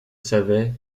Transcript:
savait